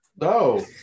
No